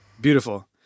Beautiful